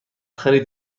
خرید